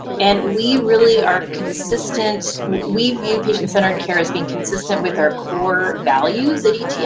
and we really are consistent. we view patient-centered care as being consistent with our core values at ets. yeah